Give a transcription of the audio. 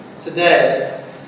today